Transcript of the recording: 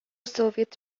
soviet